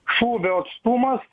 šūvio atstumas